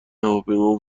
هواپیما